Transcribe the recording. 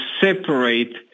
separate